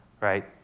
Right